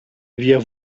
wir